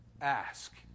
ask